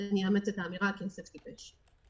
אני אאמץ את האמירה ככסף טיפש.